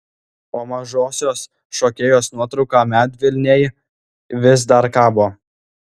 o mažosios šokėjos nuotrauka medvilnėj vis dar kabo